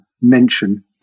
mention